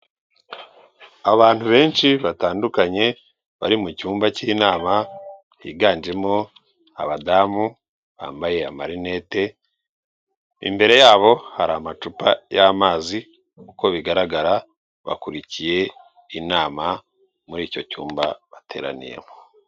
Abantu benshi batandukanye bari mu cyumba cy'inama, higanjemo abadamu bambaye amarinete, imbere yabo hari amacupa y'amazi, uko bigaragara bakurikiye inama muri icyo cyumba bateraniyemo.